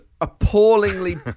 appallingly